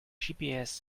gps